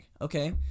okay